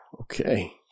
Okay